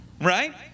Right